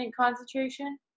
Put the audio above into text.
concentration